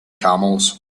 camels